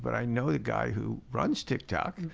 but i know the guy who launched tik tok.